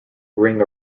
ring